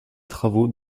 travaux